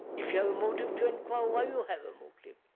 if you have a motive, to enquire why you have a motive.